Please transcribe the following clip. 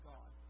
God